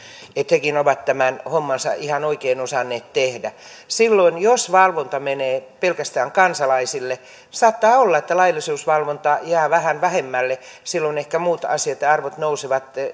hekin ovat tämän hommansa ihan oikein osanneet tehdä silloin jos valvonta menee pelkästään kansalaisille saattaa olla että laillisuusvalvonta jää vähän vähemmälle ja silloin ehkä muut asiat ja arvot nousevat